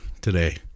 today